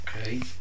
Okay